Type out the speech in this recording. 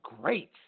great